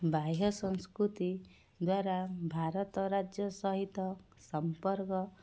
ବାହ୍ୟ ସଂସ୍କୃତି ଦ୍ୱାରା ଭାରତ ରାଜ୍ୟ ସହିତ ସମ୍ପର୍କ